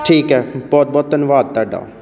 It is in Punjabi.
ਠੀਕ ਹੈ ਬਹੁਤ ਬਹੁਤ ਧੰਨਵਾਦ ਤੁਹਾਡਾ